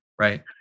right